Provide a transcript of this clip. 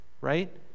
right